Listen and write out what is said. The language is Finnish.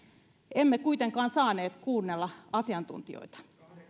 emme kuitenkaan saaneet kuunnella asiantuntijoita